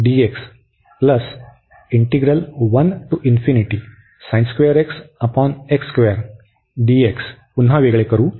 तर आपण हे पुन्हा वेगळे करू